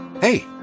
Hey